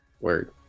word